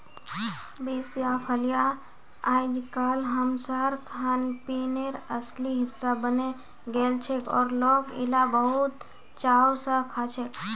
beans या फलियां अइजकाल हमसार खानपीनेर असली हिस्सा बने गेलछेक और लोक इला बहुत चाव स खाछेक